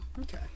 Okay